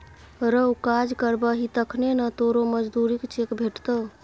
रौ काज करबही तखने न तोरो मजुरीक चेक भेटतौ